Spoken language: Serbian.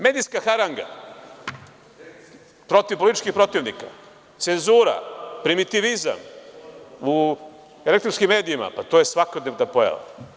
Medijska haranga protiv političkih protivnika, cenzura, primitivizam u elektronskim medijima, to je svakodnevna pojava.